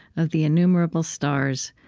of the innumerable stars,